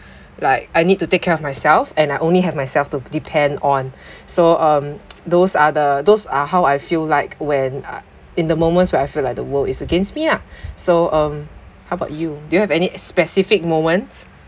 like I need to take care of myself and I only have myself to depend on so um those are the those are how I feel like when in the moments where I feel like the world is against me lah so um how about you do you have any specific moments